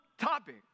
topic